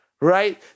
right